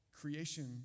creation